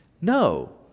No